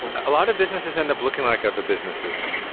a lot of businesses end up looking like other businesses.